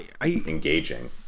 engaging